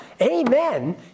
amen